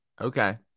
Okay